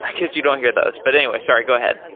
i guess you don't hear those. but anyway, sorry. go ahead.